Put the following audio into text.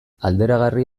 alderagarri